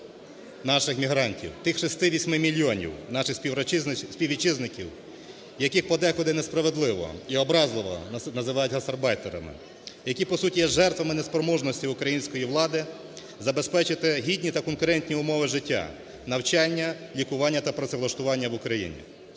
наших мігрантів, тих 6-8 мільйонів наших співвітчизників, яких подекуди несправедливо і образливо називаютьгастербайтерами. Які по суті є жертвами неспроможності української влади забезпечити гідні та конкурентні умови життя: навчання, лікування та працевлаштування в Україні.